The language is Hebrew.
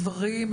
גברים,